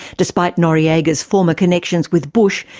despite noriega's former connections with bush,